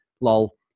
Lol